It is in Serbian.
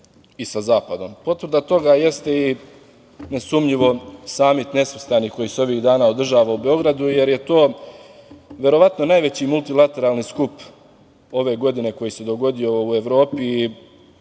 i sa zapadom. Potvrda toga jeste i nesumnjivo Samit nesvrstanih koji se ovih dana održava u Beogradu, jer je to verovatno najveći multilateralni skup ove godine koji se dogodio u Evropi